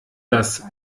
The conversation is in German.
dass